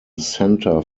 center